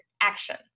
action